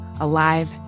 alive